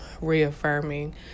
reaffirming